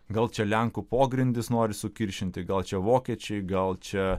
gal čia lenkų pogrindis nori sukiršinti gal čia vokiečiai gal čia